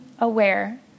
aware